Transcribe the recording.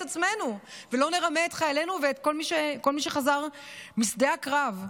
עצמנו ולא נרמה את חיילינו וכל מי שחזר משדה הקרב.